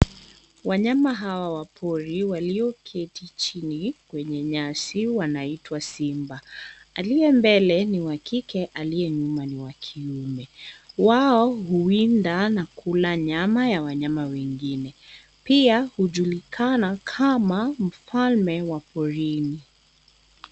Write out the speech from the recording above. Wanyama hawa wapori waliokaa chini kwenye nyasi wanaitwa simba. Aliye mbele ni wa kike aliye wa nyuma ni wa kiume. Wao huwinda na kula nyama ya wanyama wengine. Pia hujulikana kama mfalme wa porini.